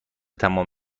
تمام